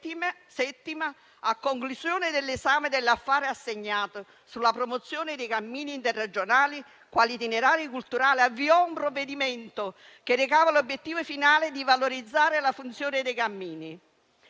a conclusione dell'esame dell'affare assegnato sulla promozione dei cammini interregionali quali itinerari culturali, avviò un provvedimento che recava l'obiettivo finale di valorizzare la funzione dei cammini